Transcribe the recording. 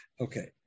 Okay